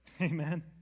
Amen